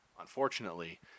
Unfortunately